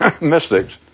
mystics